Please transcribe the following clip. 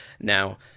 Now